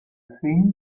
think